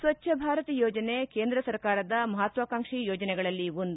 ಸ್ವಚ್ಚ ಭಾರತ್ ಯೋಜನೆ ಕೇಂದ್ರ ಸರ್ಕಾರದ ಮಹತ್ವಾಕಾಂಕ್ಷಿ ಯೋಜನೆಗಳಲ್ಲಿ ಒಂದು